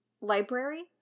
library